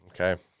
Okay